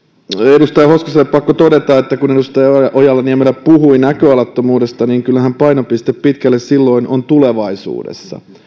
edustaja hoskoselle pakko todeta että kun edustaja ojala niemelä puhui näköalattomuudesta niin kyllähän painopiste pitkälle silloin on tulevaisuudessa